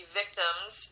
victims